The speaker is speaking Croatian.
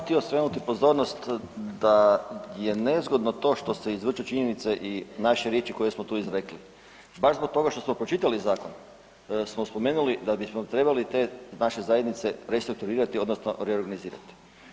Samo bi htio skrenuti pozornost da je nezgodno to što se izvrću činjenice i naše riječi koje smo tu izrekli baš zbog toga što smo pročitali zakon smo spomenuli da bismo trebali te naše zajednice restrukturirati, odnosno reorganizirati.